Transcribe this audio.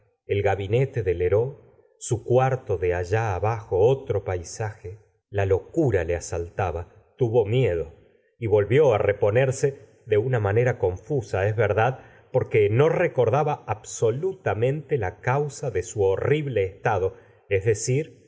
el gabinete de lbeureux su cuarto de allá abajo otro paisaje la locura le a saltaba tuvo miedo y volvió á reponerse de una manera confusa es verdad porque no recordaba absolutamente la causa de su horrible estado es decir